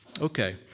Okay